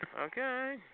Okay